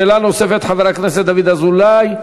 שאלה נוספת לחבר הכנסת דוד אזולאי.